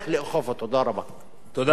תודה רבה לחבר הכנסת ג'מאל זחאלקה.